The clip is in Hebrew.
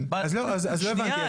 אז לא הבנתי אז מה ש- -- שנייה,